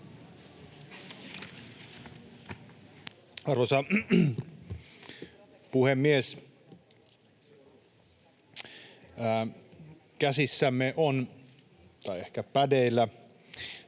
Arvoisa puhemies! Käsissämme on — tai ehkä pädeillä